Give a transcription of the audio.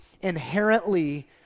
inherently